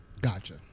Gotcha